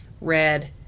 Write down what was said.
red